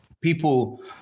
people